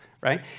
right